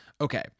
okay